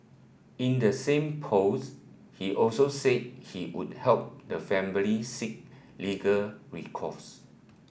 in the same post he also said he would help the family seek legal recourse